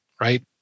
right